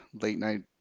late-night